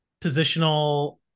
positional